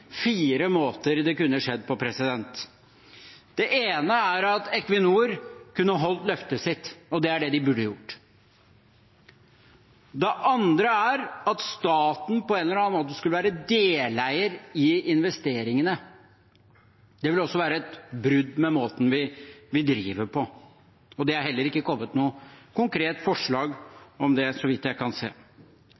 fire måter det kunne ha skjedd på: Den ene er at Equinor kunne ha holdt løftet sitt, og det er det de burde ha gjort. Den andre er at staten på en eller annen måte skulle være deleier i investeringene. Det ville også være et brudd med måten vi driver på, og det er heller ikke kommet noe konkret forslag